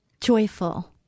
joyful